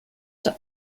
der